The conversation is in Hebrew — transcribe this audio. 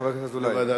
חבר הכנסת אזולאי?